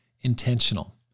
Intentional